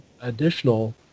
additional